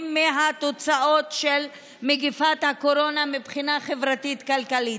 מהתוצאות של מגפת הקורונה מבחינה חברתית-כלכלית.